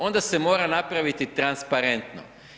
Onda se mora napraviti transparentno.